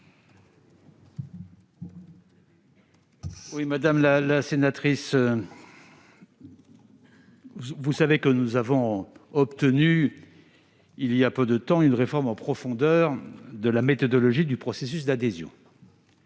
Madame la sénatrice, vous savez que nous avons obtenu, il y a peu de temps, une réforme en profondeur de la méthodologie du processus d'adhésion.